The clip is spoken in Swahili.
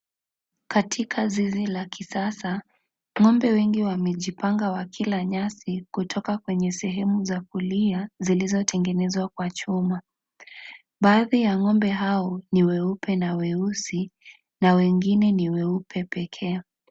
Katika zizi la kisasa ng'ombe wengi wamejipanga wakila nyasi kutoka kwenye sehemu za kulia zilizotengenezwa kwa chuma baadhi ya ngombe hai ni weupe na weusi na wengine ni weupe pekee.